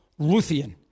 Ruthian